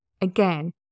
again